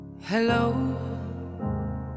hello